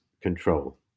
control